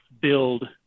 build